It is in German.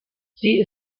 sie